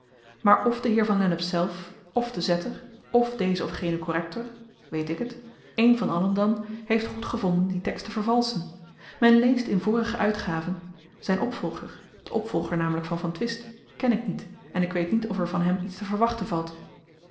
maar f de heer van lennep zelf f de zetter f deze of gene korrektor weet ik t een van allen dan heeft goedgevonden dien tekst te vervalschen men leest in vorige uitgaven zyn opvolger den opvolger namelyk van van twist ken ik niet en ik weet niet of er van hem iets te verwachten valt